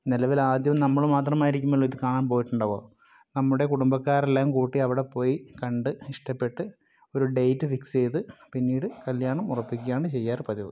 നിലവിൽ ആദ്യം നമ്മള് മാത്രമായിരിക്കുമല്ലോ ഇതു കാണാൻ പോയിട്ടുണ്ടാവുക നമ്മുടെ കുടുംബക്കാരെയെല്ലാംകൂട്ടി അവിടെ പോയിക്കണ്ട് ഇഷ്ടപ്പെട്ട് ഒരു ഡേറ്റ് ഫിക്സ് ചെയ്ത് പിന്നീട് കല്യാണം ഉറപ്പിക്കുകയാണു ചെയ്യാറ് പതിവ്